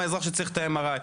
האזרח שצריך את ה-MRI,